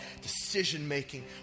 decision-making